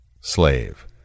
Slave